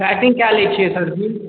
batting कए लै छियै सरजी